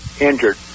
injured